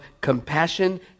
compassion